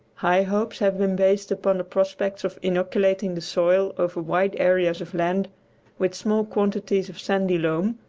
high hopes have been based upon the prospects of inoculating the soil over wide areas of land with small quantities of sandy loam,